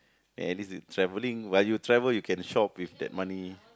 at least travelling while you travel you can shop with that money